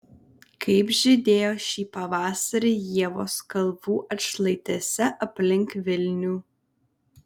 kaip žydėjo šį pavasarį ievos kalvų atšlaitėse aplink vilnių